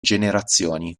generazioni